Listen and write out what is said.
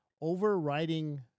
overriding